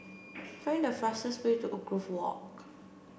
find the fastest way to Woodgrove Walk